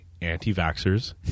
anti-vaxxers